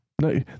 No